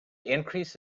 increase